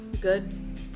Good